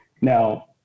Now